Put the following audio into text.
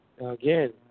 Again